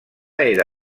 era